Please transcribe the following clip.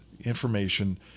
information